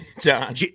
John